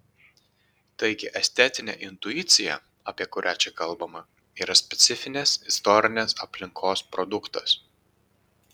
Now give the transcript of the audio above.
taigi estetinė intuicija apie kurią čia kalbama yra specifinės istorinės aplinkos produktas